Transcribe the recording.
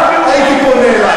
אם זה היה כלכלה, הייתי פונה אלייך.